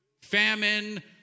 famine